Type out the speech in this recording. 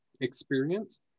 experience